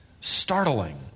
startling